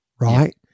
right